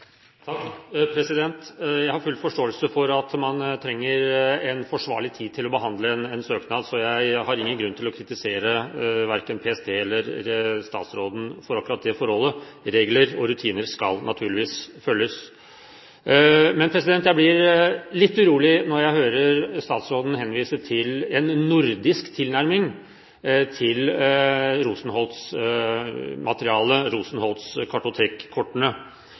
Jeg har full forståelse for at man trenger en forsvarlig tid til å behandle en søknad, så jeg har ingen grunn til å kritisere verken PST eller statsråden for akkurat det forholdet. Regler og rutiner skal naturligvis følges. Men jeg blir litt urolig når jeg hører statsråden henvise til en nordisk tilnærming til